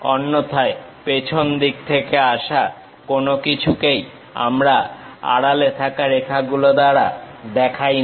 অন্যথায় পেছন দিক থেকে আসা কোনো কিছুকেই আমরা আড়ালে থাকা রেখাগুলো দ্বারা দেখাই না